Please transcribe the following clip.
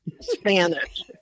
Spanish